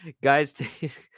guys